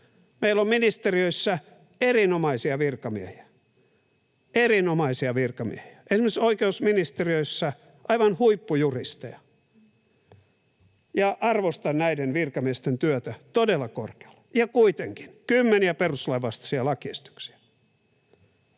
virkamiehiä — erinomaisia virkamiehiä — esimerkiksi oikeusministeriössä aivan huippujuristeja. Arvostan näiden virkamiesten työtä todella korkealle, ja kuitenkin kymmeniä perustuslain vastaisia lakiesityksiä.